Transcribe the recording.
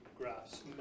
graphs